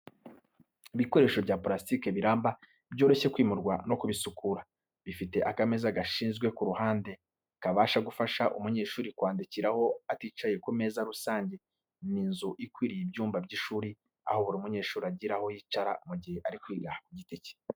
Ibikoresho bya purasitiki biramba, byoroshye kwimurwa no kubisukura. Bifite akameza gashinzwe ku ruhande, kabasha gufasha umunyeshuri kwandikiraho aticaye ku meza rusange. Ni inzu ikwiriye ibyumba by’ishuri, aho buri munyeshuri agira aho yicara mu gihe ari kwiga ku giti cye.